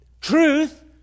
truth